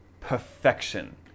perfection